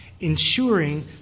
ensuring